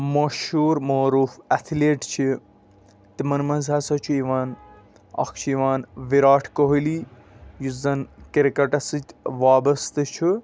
مشہوٗر معٲروٗف اٮ۪تھلیٖٹ چھِ تِمَن منٛز ہَسا چھُ یِوان اَکھ چھُ یِوان وِراٹھ کوہلی یُس زَن کِرکَٹَس سۭتۍ وابسطہٕ چھُ